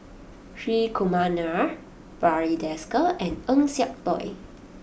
Hri Kumar Nair Barry Desker and Eng Siak Loy